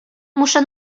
muszę